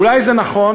אולי זה נכון,